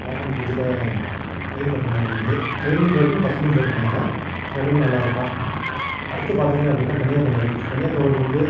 பாம்பன் பிரிட்ஜில் ட்ரெயினில்போனது அது ட்ரெயின்லேயும் போயிருக்கேன் பஸ்லேயும் போயிருக்கேன் அங்கே ரெண்டுமே நல்லாருக்கும் அடுத்து பார்த்திங்க அப்படின்னா கன்னியாகுமரி கன்னியாகுமரியில் வந்து